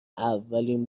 اولین